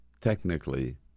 technically